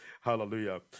hallelujah